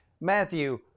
Matthew